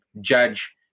judge